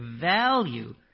value